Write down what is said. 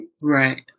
right